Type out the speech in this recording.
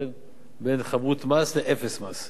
בין חבות מס לאפס מס.